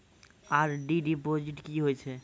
RD deposit की होय छै?